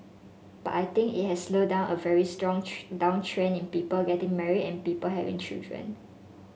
but I think it has slowed down a very strong downtrend in people getting married and people having children